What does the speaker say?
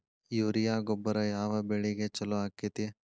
Urea ಗೊಬ್ಬರ ಯಾವ ಬೆಳಿಗೆ ಛಲೋ ಆಕ್ಕೆತಿ?